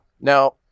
Now